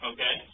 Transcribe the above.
Okay